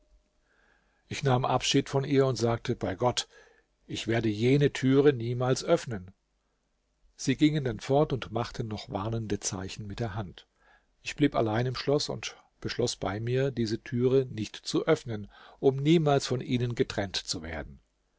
ich nahm abschied von ihr und sagte bei gott ich werde jene türe niemals öffnen sie gingen dann fort und machten noch warnende zeichen mit der hand ich blieb allein im schloß und beschloß bei mir diese türe nicht zu öffnen um niemals von ihnen getrennt zu werden